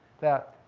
that